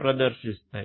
ప్రదర్శిస్తాయి